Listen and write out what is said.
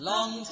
Long